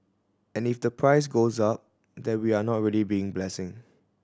and if the price goes up then we are not really being blessing